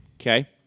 Okay